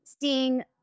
seeing